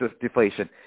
deflation